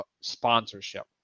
sponsorship